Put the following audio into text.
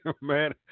Man